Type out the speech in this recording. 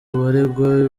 baregwa